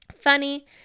funny